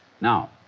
Now